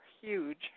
huge